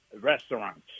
Restaurants